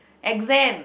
exam